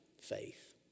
faith